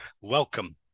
welcome